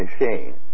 machine